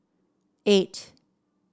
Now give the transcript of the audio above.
eight